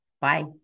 Bye